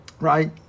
right